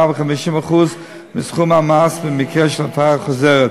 ו-50% מסכום המס במקרה של הפרה חוזרת.